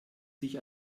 sich